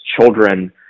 children